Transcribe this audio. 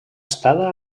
estada